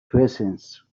presence